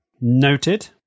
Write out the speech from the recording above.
noted